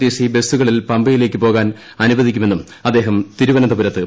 TC ബസുകളിൽ പമ്പയിലേക്ക് പോവാൻ അനുവദിക്കുമെന്നും അദ്ദേഹം തിരുവനന്തപുരത്ത് പറഞ്ഞു